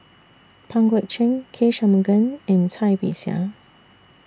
Pang Guek Cheng K Shanmugam and Cai Bixia